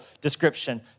description